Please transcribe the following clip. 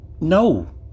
no